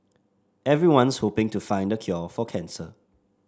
everyone's hoping to find the cure for cancer